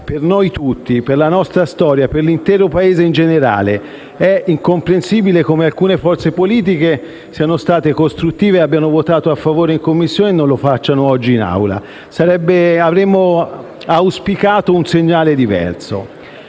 per noi tutti, per la nostra storia, per l'intero Paese in generale. È incomprensibile come alcune forze politiche siano state costruttive e abbiano votato a favore in Commissione e non lo facciano oggi in Aula. Avremmo auspicato un segnale diverso.